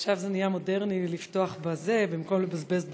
עכשיו זה נהיה מודרני לפתוח בזה במקום לבזבז דפים.